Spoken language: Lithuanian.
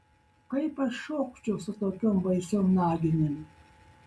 kaip aš šokčiau su tokiom baisiom naginėm